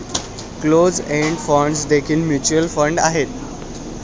closed end funds देखील mutual fund आहेत